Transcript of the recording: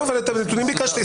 סליחה, את הנתונים ביקשתי.